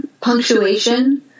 punctuation